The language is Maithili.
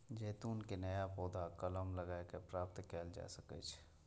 जैतून के नया पौधा कलम लगाए कें प्राप्त कैल जा सकै छै